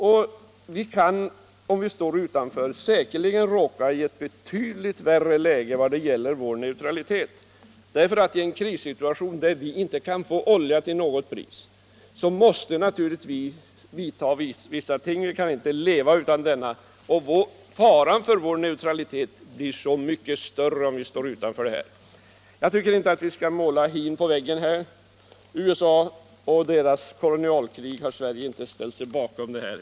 Om vi står utanför avtalet kan vi säkerligen hamna i ett betydligt värre läge vad gäller vår neutralitet. I en krissituation måste vi se till att vi kan få olja, därför att vi kan inte leva utan den. Faran för att inte kunna upprätthålla vår neutralitetspolitik blir alltså mycket större om vi står utanför detta avtal. Jag tycker inte att vi skall måla hin på väggen. Sverige har inte ställt sig bakom USA och dess kolonialkrig.